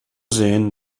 sehen